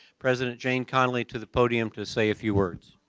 president jane conoley to the podium to say a few words.